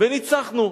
וניצחנו.